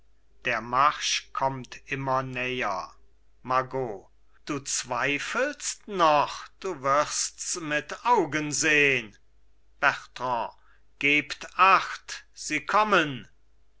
der marsch kommt immer näher margot du zweifelst noch du wirsts mit augen sehn bertrand gebt acht sie kommen